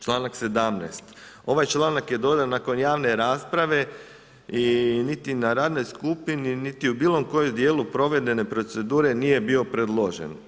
Članak 17., ovaj članak je dodan nakon javne rasprave i niti na radnoj skupini niti u bilokojem djelu provedene procedure nije bio predložen.